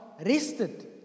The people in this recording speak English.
rested